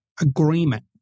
agreement